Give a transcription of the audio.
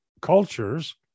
cultures